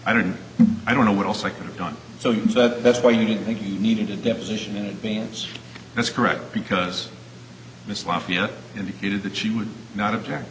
i don't i don't know what else i could have done so that's why you think you needed a deposition in advance that's correct because miss lafayette indicated that she would not object